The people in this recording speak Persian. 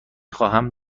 خواهم